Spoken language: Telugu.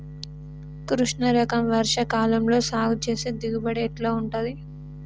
కృష్ణ రకం వర్ష కాలం లో సాగు చేస్తే దిగుబడి ఎట్లా ఉంటది?